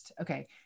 okay